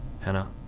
Hannah